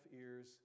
ears